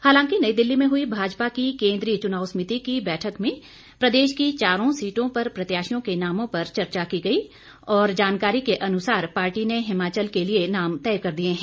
हालांकि नई दिल्ली में हुई भाजपा की केंद्रीय चुनाव समिति की बैठक में प्रदेश की चारों सीटों पर प्रत्याशियों के नामों पर चर्चा की गई और जानकारी के अनुसार पार्टी ने हिमाचल के लिए नाम तय कर दिए हैं